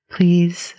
Please